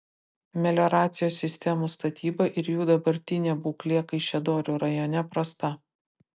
melioracijos sistemų statyba ir jų dabartinė būklė kaišiadorių rajone prasta